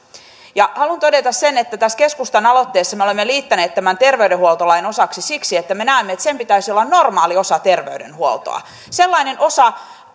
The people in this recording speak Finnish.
haluan todeta sen että tässä keskustan aloitteessa me olemme liittäneet tämän terveydenhuoltolain osaksi siksi että me näemme että sen pitäisi olla normaali osa terveydenhuoltoa sellainen osa